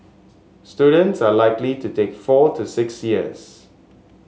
students are likely to take four to six years